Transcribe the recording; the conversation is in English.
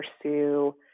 pursue